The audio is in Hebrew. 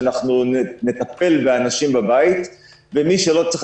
שאנחנו נטפל באנשים בבית ומי שלא צריך